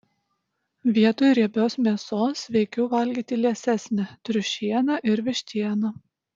vietoj riebios mėsos sveikiau valgyti liesesnę triušieną ir vištieną